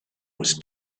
was